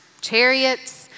chariots